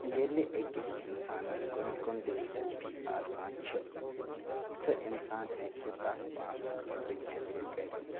ییٚلہِ أکِس اِنسانَس کُنہِ کُن دِلچَسپی آسان چھِ سُہ اِنسان ہیٚکہِ تَتھ پاونہٕ خٲطرٕ کینٛہہ تہِ کٔرِتھ